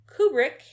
Kubrick